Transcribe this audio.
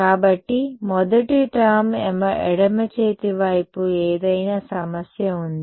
కాబట్టి మొదటి టర్మ్ ఎడమ చేతి వైపు ఏదైనా సమస్య ఉందా